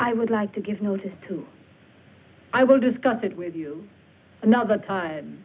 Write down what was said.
i would like to give notice to i will discuss it with you another time